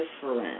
different